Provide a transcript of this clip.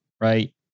right